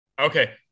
Okay